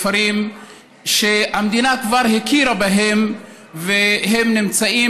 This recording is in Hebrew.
בכפרים שהמדינה כבר הכירה בהם והם נמצאים